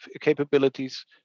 capabilities